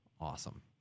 awesome